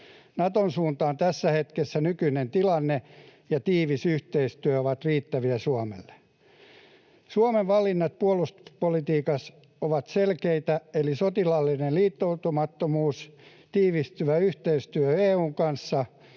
Naton suuntaan nykyinen tilanne ja tiivis yhteistyö ovat riittäviä Suomelle. Suomen valinnat puolustuspolitiikassa ovat selkeitä: sotilaallinen liittoutumattomuus, tiivistyvä yhteistyö EU:n kanssa,